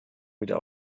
wieder